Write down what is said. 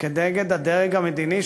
כנגד הדרג המדיני,